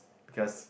because